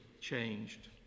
changed